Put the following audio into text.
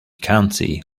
county